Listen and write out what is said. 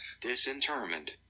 Disinterment